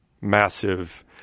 massive